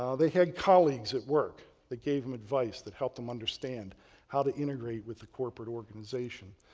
ah they had colleagues at work that gave them advice that helped them understand how to integrate with the corporate organization.